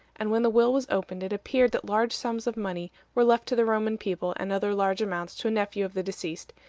and when the will was opened it appeared that large sums of money were left to the roman people, and other large amounts to a nephew of the deceased,